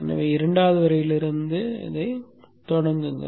எனவே இரண்டாவது வரியிலிருந்து தொடங்குங்கள்